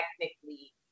technically